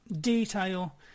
detail